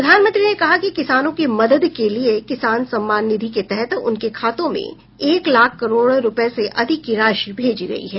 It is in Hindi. प्रधानमंत्री ने कहा कि किसानों की मदद के लिए किसान सम्मान निधि के तहत उनके खातों में एक लाख करोड़ रूपए से अधिक की राशि भेजी गई है